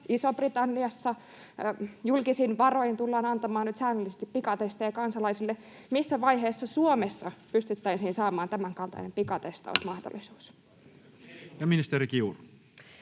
Isossa-Britanniassa julkisin varoin tullaan antamaan nyt säännöllisesti pikatestejä kansalaisille. Missä vaiheessa Suomessa pystyttäisiin saamaan tämänkaltainen pikatestausmahdollisuus? [Timo Heinonen: